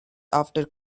after